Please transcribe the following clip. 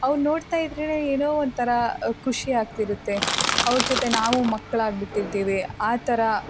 ಅವ್ರ್ನ ನೋಡ್ತಾ ಇದ್ರೆ ಏನೋ ಒಂಥರ ಖುಷಿ ಆಗ್ತಿರುತ್ತೆ ಅವ್ರ ಜೊತೆ ನಾವು ಮಕ್ಳಾಗಿ ಬಿಟ್ಟಿರ್ತೀವಿ ಆ ಥರ